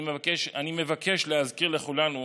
אני מבקש להזכיר לכולנו